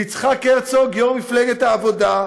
ויצחק הרצוג, יו"ר מפלגת העבודה,